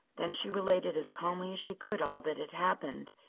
then she related as calmly as she could all that had happened.